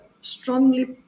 strongly